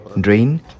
Drain